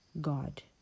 God